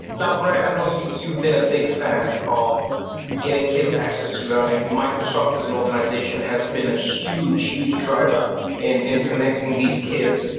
now brad, i know you've you've been a big fan of getting kids access to learning. microsoft as an organization has been a huge, huge driver in connecting these kids.